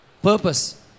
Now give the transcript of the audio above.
Purpose